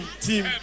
team